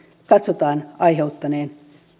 katsotaan aiheuttaneen